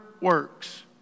works